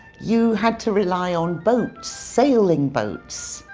you had to rely on boats, sailing boats.